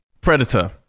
predator